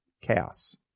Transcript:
chaos